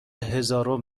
هزارم